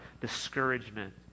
discouragement